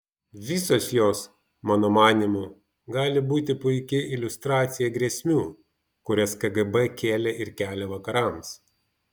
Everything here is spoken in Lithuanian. visos jos mano manymu gali būti puiki iliustracija grėsmių kurias kgb kėlė ir kelia vakarams